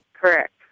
Correct